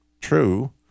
true